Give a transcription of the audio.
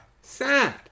Sad